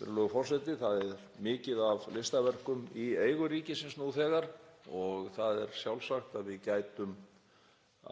Það er mikið af listaverkum í eigu ríkisins nú þegar og það er sjálfsagt að við gætum